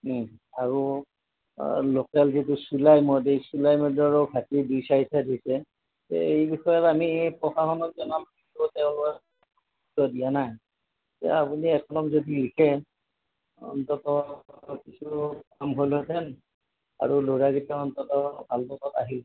আৰু লোকেল যিটো চুলাই মদ এই চুলাই মদৰো ভাটি দুই চাৰি ঠাইত হৈছে এই বিষয়ত আমি প্ৰসাশনক জনালোঁ কিন্তু তেওঁলোকে গুৰুত্ব দিয়া নাই এতিয়া আপুনি এক কলম যদি লিখে অন্ততঃ কিছু কাম হ'লহেতেন আৰু ল'ৰাকেইটা অন্ততঃ ভাল পথত আহি